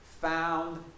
found